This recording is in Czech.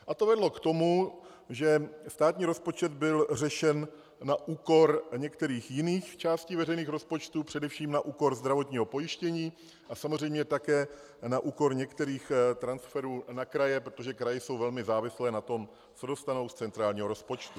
A to vedlo k tomu, že státní rozpočet byl řešen na úkor některých jiných částí veřejných rozpočtů, především na úkor zdravotního pojištění a samozřejmě také na úkor některých transferů na kraje, protože kraje jsou velmi závislé na tom, co dostanou z centrálního rozpočtu.